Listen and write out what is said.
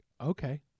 Okay